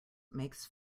makes